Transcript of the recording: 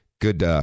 good